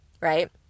right